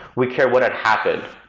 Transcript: we care what had happened.